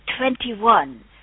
twenty-one